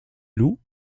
loup